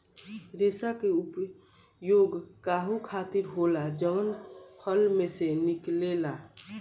रेसा के उपयोग खाहू खातीर होला जवन फल में से निकलेला